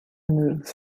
move